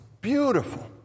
beautiful